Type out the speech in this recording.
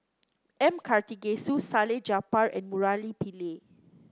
M Karthigesu Salleh Japar and Murali Pillai